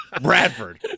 bradford